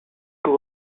two